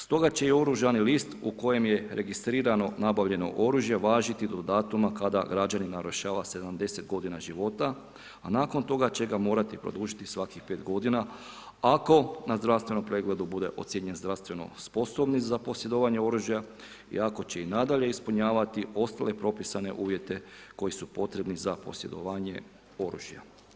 Stoga će i oružani list u kojem je registrirano nabavljeno oružje važiti do datuma kada građanin navršava 70 godina života, a nakon toga će ga morati produžiti svakih 5 godina ako na zdravstvenom pregledu bude ocijenjen zdravstveno sposobnim za posjedovanje oružja i ako će i nadalje ispunjavati ostale propisane uvjete koji su potrebni za posjedovanje oružja.